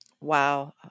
Wow